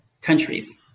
countries